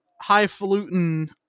highfalutin